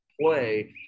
play